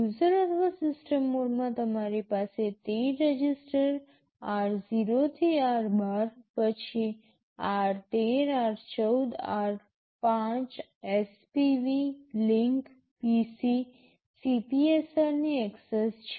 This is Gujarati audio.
યુઝર અથવા સિસ્ટમ મોડમાં તમારી પાસે ૧૩ રજિસ્ટર r0 થી r12 પછી r13 r14 r5 spv link PC CPSR ની એક્સેસ છે